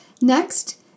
Next